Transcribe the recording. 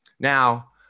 Now